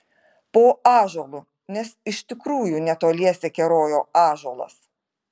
po ąžuolu nes iš tikrųjų netoliese kerojo ąžuolas